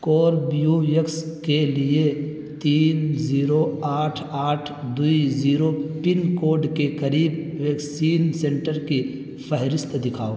کوربیو یکس کے لیے تین زیرو آٹھ آٹھ دو زیرو پن کوڈ کے قریب ویکسین سنٹر کی فہرست دکھاؤ